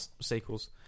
sequels